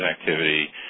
activity